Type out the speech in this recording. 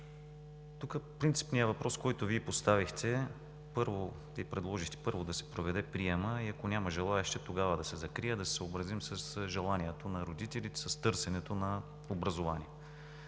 Тук принципният въпрос, който Вие поставихте и предложихте, първо да се проведе приема и, ако няма желаещи, тогава да се закрие – да се съобразим с желанието на родителите, с търсенето на образование.